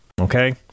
Okay